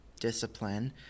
discipline